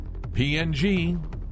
PNG